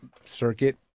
circuit